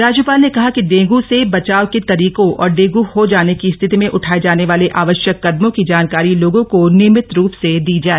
राज्यपाल ने कहा कि डेंगू से बचाव के तरीकों और डेंगू हो जाने की स्थिति में उठाए जाने वाले आवश्यक क़दमों की जानकारी लोगों को नियमित रूप से दी जाए